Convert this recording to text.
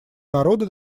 народа